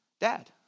Dad